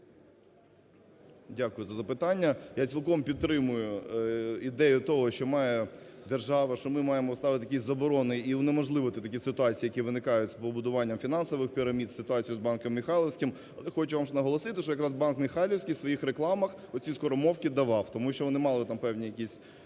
Дякую за запитання. Я цілком підтримую ідею того, що має держава, що ми маємо ставити якісь заборони і унеможливити такі ситуації, які виникають з побудуванням фінансових пірамід, ситуацію з банком "Михайлівський". Хочу вам наголосити, що якраз банк "Михайлівський" в своїх рекламах оці скоромовки давав, тому що вони мали там певні якісь